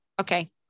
Okay